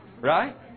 Right